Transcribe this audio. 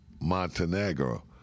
Montenegro